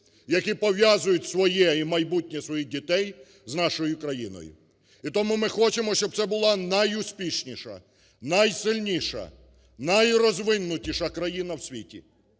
які пов'язують своє і майбутнє своїх дітей з нашою країною. І тому ми хочемо, щоб це була найуспішніша, найсильніша, найрозвинутіша країна в світі.